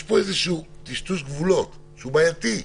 יש פה איזשהו טשטוש גבולות בעייתי.